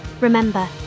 Remember